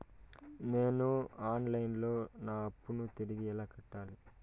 నేను online లో నా అప్పును తిరిగి ఎలా కట్టాలి?